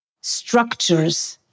structures